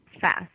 fast